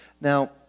Now